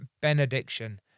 benediction